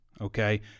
Okay